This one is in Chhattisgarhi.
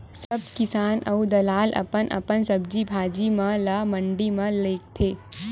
सब किसान अऊ दलाल अपन अपन सब्जी भाजी म ल मंडी म लेगथे